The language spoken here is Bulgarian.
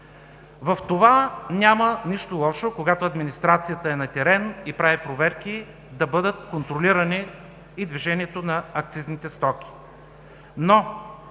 В това няма нищо лошо, когато администрацията е на терен и прави проверки да бъде контролирано движението на акцизните стоки.